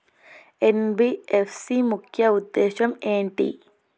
NBFC ముఖ్య ఉద్దేశం ఏంటి?